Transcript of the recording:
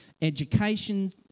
education